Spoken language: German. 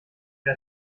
der